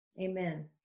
amen